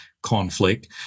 Conflict